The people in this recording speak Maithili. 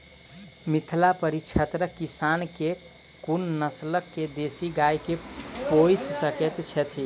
मिथिला परिक्षेत्रक किसान केँ कुन नस्ल केँ देसी गाय केँ पोइस सकैत छैथि?